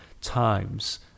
times